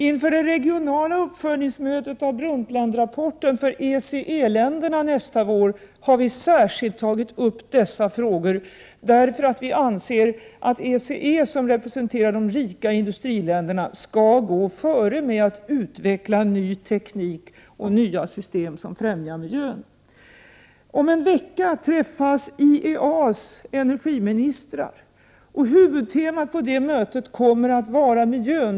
Inför det regionala uppföljningsmötet av Brundtlandrapporten för ECE länderna nästa vår har vi särskilt tagit upp dessa frågor, därför att vi anser att ECE, som representerar de rika industriländerna, skall gå före med att utveckla ny teknik och nya system som främjar miljön. Om en vecka träffas IEA:s energiministrar. Huvudtemat för det mötet kommer att vara miljön.